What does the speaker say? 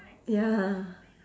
ya